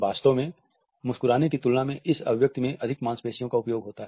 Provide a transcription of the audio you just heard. वास्तव में मुस्कुराने की तुलना में इस अभिव्यक्ति में अधिक मांसपेशियों का उपयोग होता है